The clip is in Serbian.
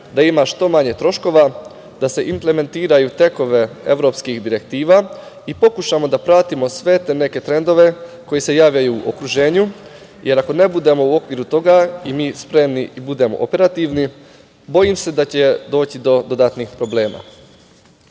da ima što manje troškova, da se implementiraju tekovine evropskih direktiva i pokušamo da pratimo sve te neke trendove koji se javljaju u okruženju, jer ako ne budemo u okviru toga i mi spremni i ne budemo operativni, bojim se da će doći do dodatnih problema.